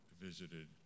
visited